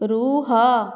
ରୁହ